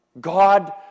God